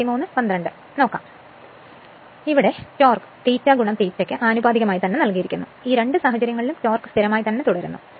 ഇപ്പോൾ ടോർക്ക് ∅∅ ന് ആനുപാതികമായി നൽകിയിരിക്കുന്നു എന്നാൽ രണ്ട് സാഹചര്യങ്ങളിലും ടോർക്ക് സ്ഥിരമായി തുടരുന്നു